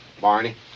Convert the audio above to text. Barney